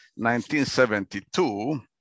1972